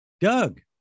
Doug